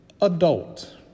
adult